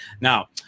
Now